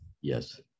Yes